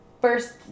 first